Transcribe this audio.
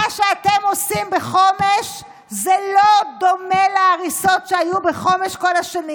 מה שאתם עושים בחומש זה לא דומה להריסות שהיו בחומש כל השנים.